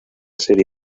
serie